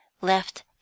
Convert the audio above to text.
left